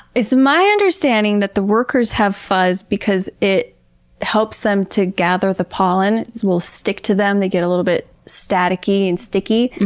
it's my understanding that the workers have fuzz because it helps them to gather the pollen. it will stick to them. they get a little bit staticky and sticky,